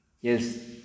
Yes